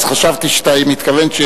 אז חשבתי שאתה מתכוון שיש,